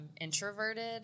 introverted